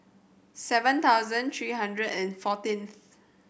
seven thousand three hundred and fourteenth